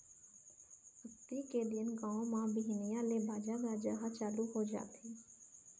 अक्ती के दिन गाँव म बिहनिया ले बाजा गाजा ह चालू हो जाथे